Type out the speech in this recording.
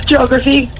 Geography